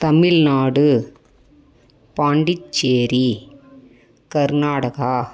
Tamil Nadu Pondicherry Karnataka